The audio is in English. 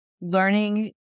learning